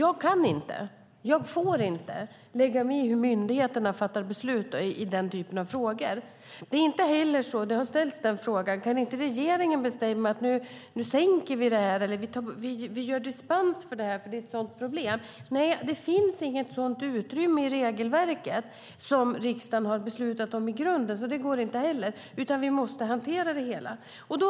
Jag kan och får inte lägga mig i hur myndigheterna fattar beslut i den typen av frågor. Det har ställts en fråga: Kan inte regeringen bestämma att man sänker detta eller ger dispens för det eftersom det är ett stort problem? Nej, det finns inget sådant utrymme i regelverket som riksdagen har beslutat om i grunden. Det går inte heller, utan vi måste hantera det hela.